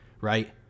right